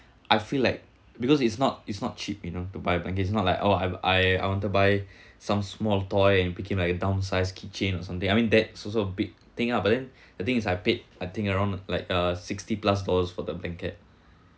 I feel like because it's not it's not cheap you know to buy a blanket it's not like oh I I wanted to buy some small toy and became like a downsized key chain or something I mean that's also a big thing lah but then the thing is I paid I think around like a sixty plus dollars for the blanket